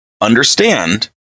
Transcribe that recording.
Understand